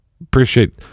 appreciate